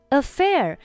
affair